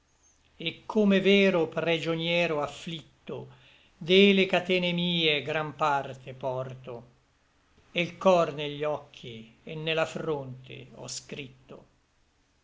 et come vero pregioniero afflicto de le catene mie gran parte porto e l cor ne gli occhi et ne la fronte ò scritto